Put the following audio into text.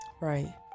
Right